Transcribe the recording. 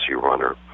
runner